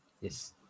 Yes